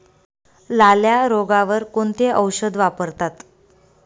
लाल्या रोगावर कोणते औषध वापरतात?